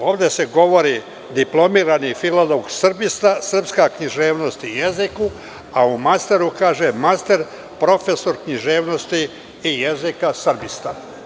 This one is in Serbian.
Ovde se govori – diplomirani filolog srbista – srpska književnost i jezik, a u masteru kaže – master profesor književnosti i jezika srbista.